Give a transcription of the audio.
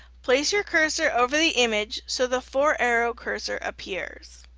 place your cursor over the image so the four-arrow cursor appears.